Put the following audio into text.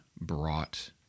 brought